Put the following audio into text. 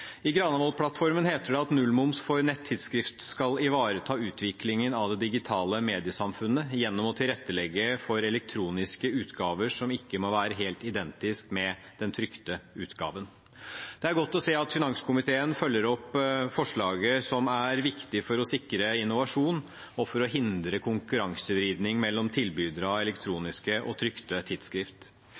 I Granavolden-plattformen heter det at nullmoms for nettidsskrift skal ivareta utviklingen av det digitale mediesamfunnet gjennom å tilrettelegge for elektroniske utgaver som ikke må være helt identiske med den trykte utgaven. Det er godt å se at finanskomiteen følger opp forslaget, som er viktig for å sikre innovasjon og for å hindre konkurransevridning mellom tilbydere av elektroniske og trykte tidsskrift.